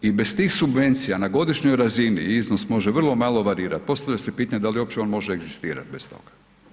I bez tih subvencija na godišnjoj razini, iznos može vrlo malo varirat, postavlja se pitanje da li uopće on može egzistirati bez toga?